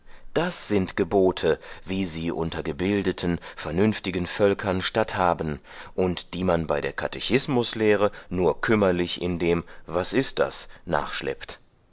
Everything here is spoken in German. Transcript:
das sind gebote wie sie unter gebildeten vernünftigen völkern statthaben und die man bei der katechismuslehre nur kümmerlich in dem was ist das